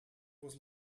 was